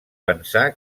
pensar